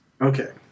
Okay